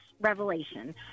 revelation